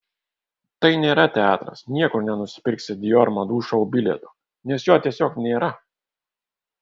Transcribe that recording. tai nėra teatras niekur nenusipirksi dior madų šou bilieto nes jo tiesiog nėra